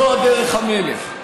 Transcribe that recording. זו דרך המלך.